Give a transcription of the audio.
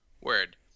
word